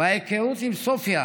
וההיכרות עם סופיה,